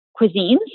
cuisines